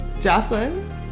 Jocelyn